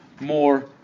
more